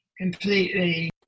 completely